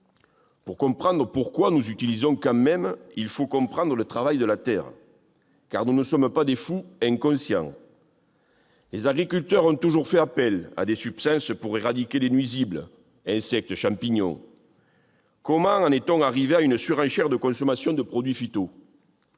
Pour comprendre pourquoi nous les utilisons quand même, il faut comprendre le travail de la terre. Car nous ne sommes pas des fous inconscients ! Les agriculteurs ont toujours fait appel à des substances pour éradiquer les nuisibles : insectes, champignons, etc. Comment en sommes-nous arrivés à une surenchère de consommation de produits